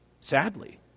Sadly